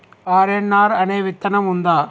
RNR అనే విత్తనం ఉందా?